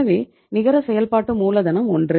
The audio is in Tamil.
எனவே நிகர செயல்பாட்டு மூலதனம் 1